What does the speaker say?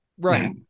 right